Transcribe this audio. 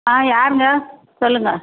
ஆ யாருங்க சொல்லுங்கள்